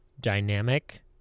dynamic